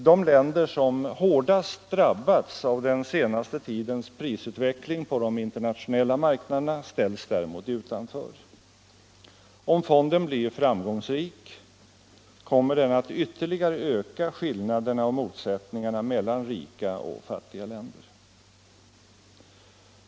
De länder som hårdast drabbats av den senaste tidens prisutveckling på de internationella marknaderna ställs däremot utanför. Om fonden blir framgångsrik kommer den att ytterligare öka skillnaderna och motsättningarna mellan rika och fattiga länder.